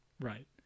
Right